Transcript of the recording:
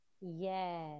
Yes